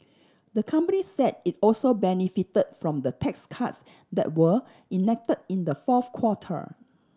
the company said it also benefit from the tax cuts that were enact in the fourth quarter